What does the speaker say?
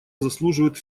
заслуживает